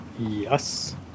Yes